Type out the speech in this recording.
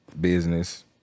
business